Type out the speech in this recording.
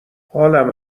حالم